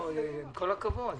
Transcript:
ננעלה